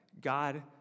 God